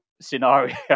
scenario